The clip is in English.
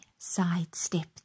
sidestep